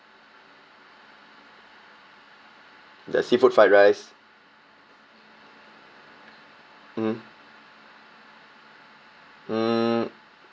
the seafood fried rice mmhmm mm